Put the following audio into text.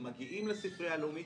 הם מגיעים לספרייה הלאומית,